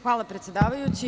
Hvala, predsedavajući.